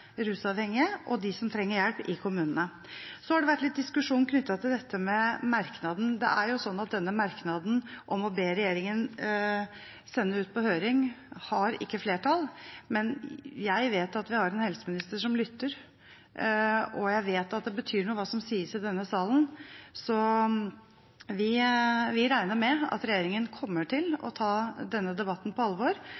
rusavhengige og for dem som trenger hjelp i kommunene. Så har det vært litt diskusjon knyttet til dette med merknaden. Det er jo sånn at denne merknaden om å be regjeringen sende ut på høring, ikke har flertall, men jeg vet at vi har en helseminister som lytter, og jeg vet at det betyr noe hva som sies i denne salen, så vi regner med at regjeringen kommer til